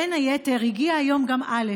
בין היתר, הגיעה היום גם א'.